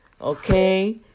Okay